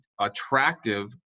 attractive